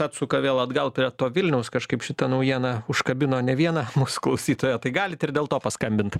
atsuka vėl atgal prie to vilniaus kažkaip šita naujiena užkabino ne vieną mūsų klausytoją tai galit ir dėl to paskambint